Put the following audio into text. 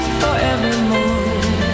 forevermore